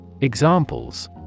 Examples